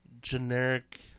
generic